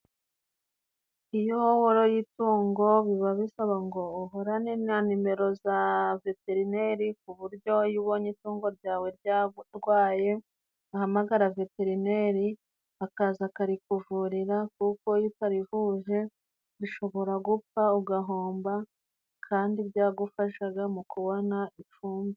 Iyo woroye itungo biba bisaba ngo uhorane na nimero za veterineri ku buryo iyo ubonye itungo ryawe ryarwaye uhamagara veterineri akaza akarikuvurira, kuko iyo utarivuje rishobora gupfa ugahomba kandi byagufashaga mu kubona ifumbire.